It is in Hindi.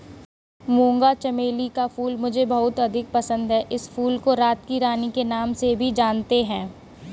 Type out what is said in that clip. मूंगा चमेली का फूल मुझे बहुत अधिक पसंद है इस फूल को रात की रानी के नाम से भी जानते हैं